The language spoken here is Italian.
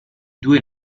due